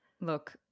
Look